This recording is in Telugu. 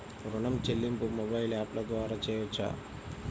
ఋణం చెల్లింపు మొబైల్ యాప్ల ద్వార చేయవచ్చా?